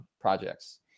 projects